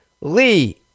Lee